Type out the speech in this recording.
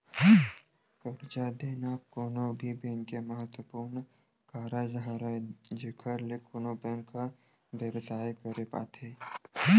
करजा देना कोनो भी बेंक के महत्वपूर्न कारज हरय जेखर ले कोनो बेंक ह बेवसाय करे पाथे